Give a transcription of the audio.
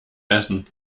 essen